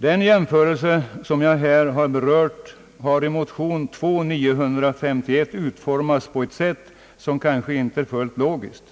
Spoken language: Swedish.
Den jämförelse som jag här har berört har i motion II: 951 utformats på ett sätt som kanske inte är fullt logiskt.